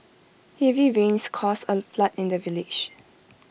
heavy rains caused A flood in the village